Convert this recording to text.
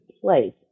place